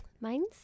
mine's